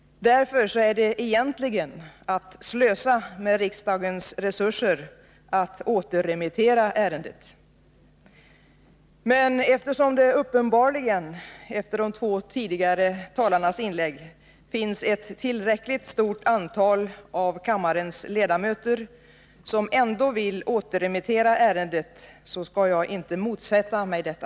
Därför är det egentligen att slösa med riksdagens resurser att återremittera ärendet. Eftersom det uppenbarligen efter de två tidigare talarnas inlägg finns ett tillräckligt stort antal av kammarens ledamöter som ändå vill återremittera ärendet skall jag emellertid inte motsätta mig detta.